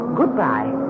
goodbye